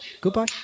Goodbye